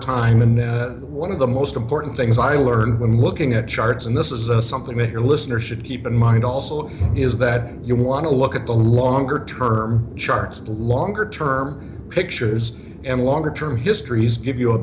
time and then one of the most important things i learned when working at charts and this is a something that your listeners should keep in mind also is that you want to look at the longer term charts longer term pictures any longer term histories give you a